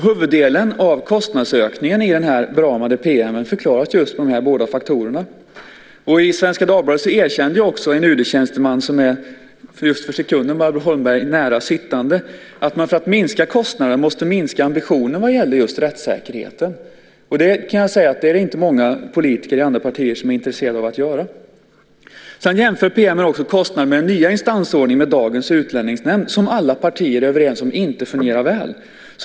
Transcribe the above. Huvuddelen av kostnadsökningen i den här beramade PM:en förklaras just med de här båda faktorerna. I Svenska Dagbladet erkände också en UD-tjänsteman, som är, just för sekunden, Barbro Holmberg nära sittande, att man för att minska kostnaderna måste minska ambitionen vad gällde just rättssäkerheten. Det är inte många politiker i andra partier som är intresserade av att göra det. Sedan jämför PM:en också kostnaderna i den nya instansordningen med dagens utlänningsnämnd, som alla partier är överens om inte fungerar väl.